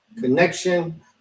connection